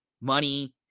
money